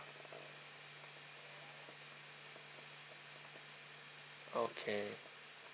okay